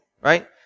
right